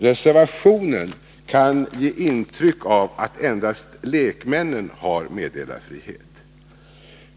Reservationen kan ge intryck av att endast lekmännen har meddelarfrihet.